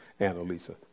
Annalisa